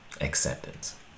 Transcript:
acceptance